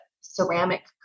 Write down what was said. ceramic